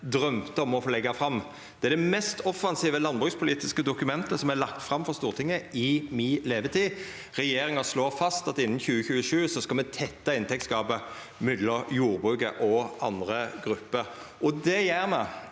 drøymde om å få leggja fram. Det er det mest offensive landbrukspolitiske dokumen tet som er lagt fram for Stortinget i mi levetid. Regjeringa slår fast at innan 2027 skal me tetta inntektsgapet mellom jordbruket og andre grupper. Det gjer me